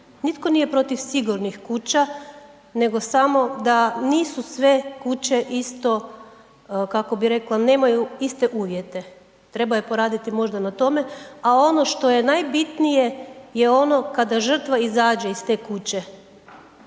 Nitko nije protiv sigurnih kuća, nego samo da nisu sve kuće isto, kako bi rekla, nemaju iste uvjete, trebaju poraditi možda na tome, a ono što je najbitnije je ono kada žrtva izađe iz te kuće,